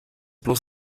bloß